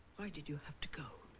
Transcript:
why did you have to go?